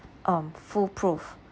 um full proof